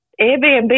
Airbnb